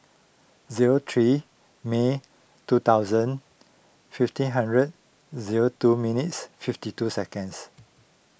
zero three May two thousand fifteen hundred zero two minutes fifty two seconds